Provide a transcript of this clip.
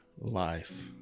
life